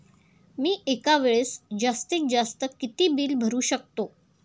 मी एका वेळेस जास्तीत जास्त किती बिल भरू शकतो?